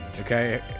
okay